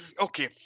okay